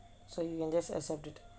so you can just accept it